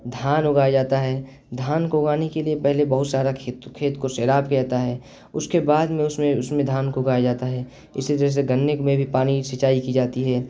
دھان اگایا جاتا ہے دھان کو اگانے کے لیے پہلے بہت سارا کھیت کو سیراب کیا جاتا ہے اس کے بعد میں اس میں اس میں دھان کو اگایا جاتا ہے اسی طرح سے گنے میں بھی پانی سینچائی کی جاتی ہے